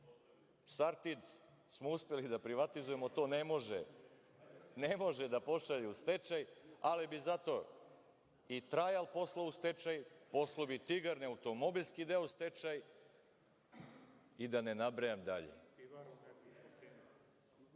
„Sartid“ smo uspeli da privatizujemo, to ne može da pošalje u stečaj, ali bi zato i „Trajal“ poslao u stečaj, poslao bi i „Tigar“, ne automobilski deo, u stečaj i da ne nabrajam dalje.